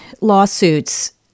lawsuits